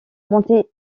montée